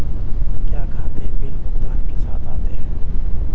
क्या खाते बिल भुगतान के साथ आते हैं?